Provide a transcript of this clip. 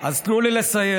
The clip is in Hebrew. אז תנו לי לסיים.